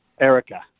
Erica